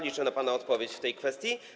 Liczę na pana odpowiedź w tej kwestii.